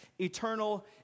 Eternal